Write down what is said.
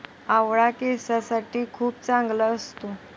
आवळा केसांसाठी खूप चांगला असतो